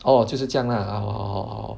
orh 就是这样 lah orh orh orh